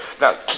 now